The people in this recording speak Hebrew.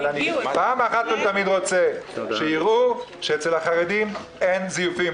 אבל פעם אחת ולתמיד אני רוצה שיראו שאצל החרדים אין זיופים.